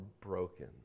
broken